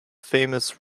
famous